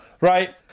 Right